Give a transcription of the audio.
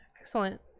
Excellent